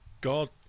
god